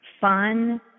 fun